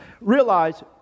Realize